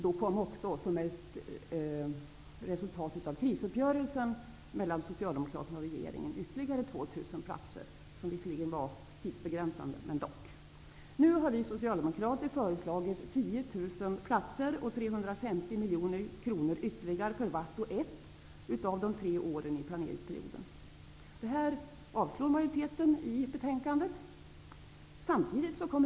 Då kom också, som ett resultat av krisuppgörelsen mellan Socialdemokraterna och regeringen, ytterligare 2 000 platser. De senare var visserligen tidsbegränsade. Nu har vi socialdemokrater föreslagit 10 000 platser och 350 miljoner kronor ytterligare för vart och ett av de tre åren i planeringsperioden. Detta avstyrker majoriteten i detta betänkande.